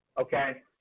okay